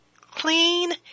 clean